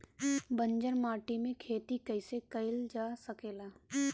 बंजर माटी में खेती कईसे कईल जा सकेला?